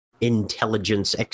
intelligence